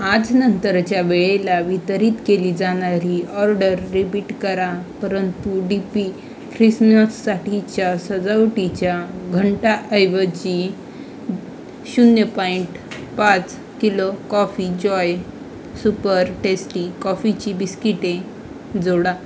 आजनंतरच्या वेळेला वितरित केली जाणारी ऑर्डर रिपीट करा परंतु डी पी ख्रिसनससाठीच्या सजावटीच्या घंटाऐवजी शून्य पॉईंट पाच kilo coffee joy super tasty कॉफीची बिस्किटे जोडा